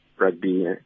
Rugby